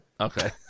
Okay